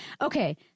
okay